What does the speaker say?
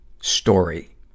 story